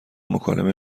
مکالمه